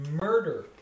murder